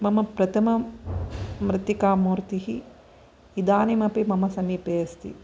मम प्रथमं मृत्तिकामूर्तिः इदानीमपि मम समीपे अस्ति